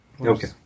Okay